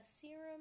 serum